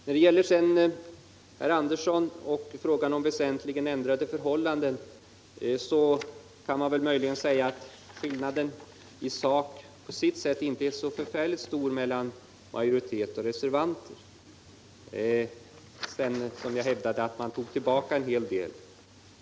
När det gäller vad herr Andersson i Södertälje sade om väsentligen ändrade förhållanden kan man väl möjligen säga att skillnaden i sak inte är så särskilt stor mellan majoritet och reservanter. Som jag sade, har reservanterna tagit tillbaka en hel del.